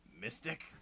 mystic